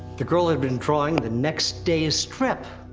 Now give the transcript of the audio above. the girl had been drawing the next day's strip!